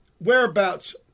Whereabouts